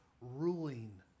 ruling